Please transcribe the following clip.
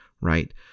right